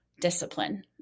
discipline